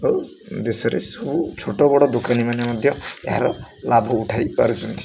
ଆଉ ଦେଶରେ ସବୁ ଛୋଟ ବଡ଼ ଦୋକାନୀମାନେ ମଧ୍ୟ ଏହାର ଲାଭ ଉଠାଇ ପାରୁଛନ୍ତି